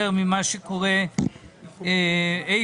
זו המציאות שבה נהיה קשה יותר ויותר ממה שהיה אי